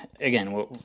again